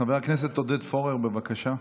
חבר הכנסת עודד פורר, בבקשה.